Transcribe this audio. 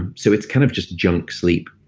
and so it's kind of just junk sleep.